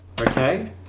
Okay